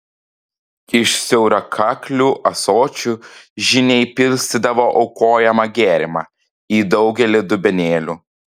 iš siaurakaklių ąsočių žyniai pilstydavo aukojamą gėrimą į daugelį dubenėlių